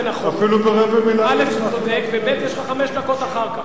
זה נכון, אפילו ברבע מלה לא הצלחתי להפריע לך.